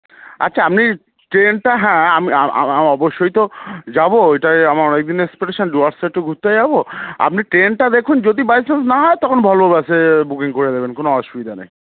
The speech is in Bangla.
আচ্ছা আপনি ট্রেনটা হ্যাঁ আমি আম আম অবশ্যই তো যাবো এটাই আমার অনেক দিনের এক্সপেকটেশন ডুয়ার্সে একটু ঘুরতে যাবো আপনি ট্রেনটা দেখুন যদি বাই চান্স না হয় তখন ভলভো বাসে বুকিং করে দেবেন কোনো অসুবিধা নেই